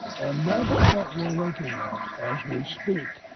and that's what we're looking at as we speak.